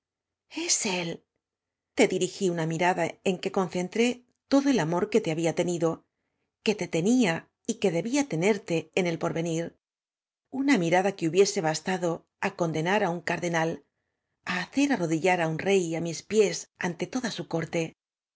ies él te dirigf una mirada en que concentré todo el amor que te había tenido que te tenía y que debía te nerte en el porvenir una mirada que hubiese bastado á condenar á un cardenal á hacer arro dillar á un rey á mis piés ante toda su corte